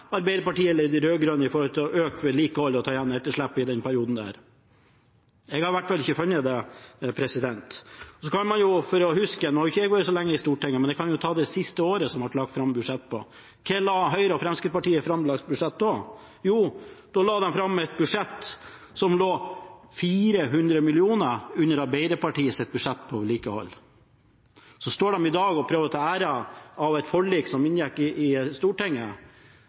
Arbeiderpartiet eller de rød-grønne når det gjaldt å øke vedlikeholdet og å ta igjen etterslepet i den perioden? Jeg har i hvert fall ikke funnet det. Jeg har ikke vært så lenge på Stortinget, men jeg kan jo, for at man skal huske, ta det siste året som det ble lagt fram budsjett for. Hva slags budsjett framla Høyre og Fremskrittspartiet da? Jo, da la de fram et budsjett som lå 400 mill. kr under Arbeiderpartiets budsjett for vedlikehold. Så står de i dag og prøver å ta æren for et forlik som ble inngått i Stortinget.